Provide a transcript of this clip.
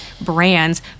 brands